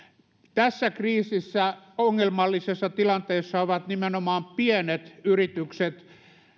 tässä kriisissä ongelmallisessa tilanteessa ovat nimenomaan pienet yritykset